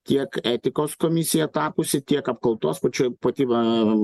tiek etikos komisija tapusi tiek apkaltos pačioj pati va